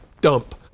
dump